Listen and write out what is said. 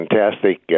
fantastic